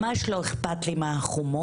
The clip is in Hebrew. ממש לא אכפת לי מה החומות,